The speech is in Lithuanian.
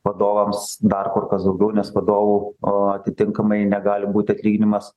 vadovams dar kur kas daugiau nes vadovų a atitinkamai negali būti atlyginimas